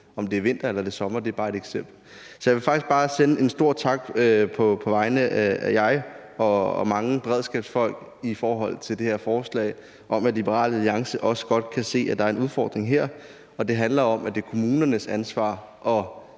om det er vinter eller sommer. Så jeg vil faktisk bare sende en stor tak på vegne af mig og mange beredskabsfolk i forhold til det her beslutningsforslag, altså en tak for, at Liberale Alliance også godt kan se, at der er en udfordring her. Det handler om, at det er kommunernes ansvar at